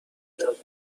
کتاب